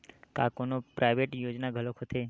का कोनो प्राइवेट योजना घलोक होथे?